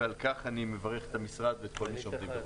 ועל כך אני מברך את המשרד ואת כל העומדים בראשו.